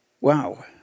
wow